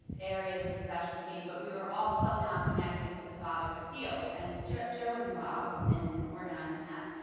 areas of specialty. but we were all somehow connected to the fatherhood field. and joe joe was involved in and organizing that.